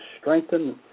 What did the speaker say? strengthen